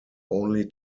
only